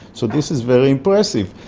so this is very impressive.